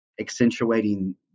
accentuating